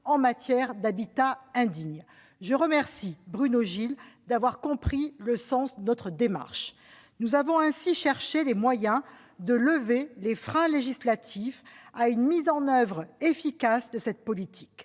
en matière d'habitat indigne. Je remercie Bruno Gilles d'avoir compris le sens de notre démarche. Nous avons cherché les moyens de lever les freins législatifs à une mise en oeuvre efficace de cette politique.